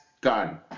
gun